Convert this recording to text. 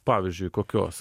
pavyzdžiui kokios